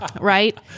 Right